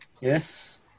Yes